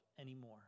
anymore